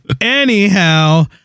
anyhow